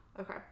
Okay